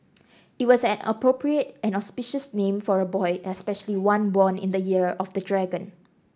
it was an appropriate and auspicious name for a boy especially one born in the year of the dragon